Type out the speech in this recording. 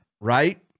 right